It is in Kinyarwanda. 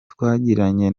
twagiranye